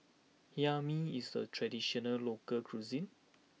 Hae Mee is a traditional local cuisine